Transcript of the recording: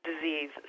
disease